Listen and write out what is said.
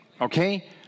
Okay